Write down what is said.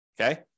Okay